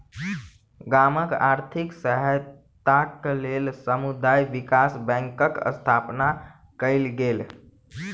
गामक आर्थिक सहायताक लेल समुदाय विकास बैंकक स्थापना कयल गेल